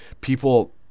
people